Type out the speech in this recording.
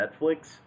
Netflix